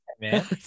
Man